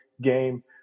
game